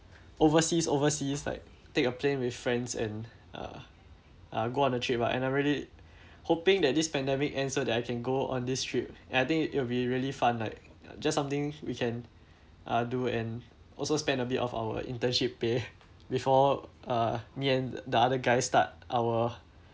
overseas overseas like take a plane with friends and uh uh go on the trip ah and I really hoping that this pandemic ends so that I can go on this trip and I think it'll be really fun like just something we can uh do and also spend a bit of our internship pay before uh me and the other guys start our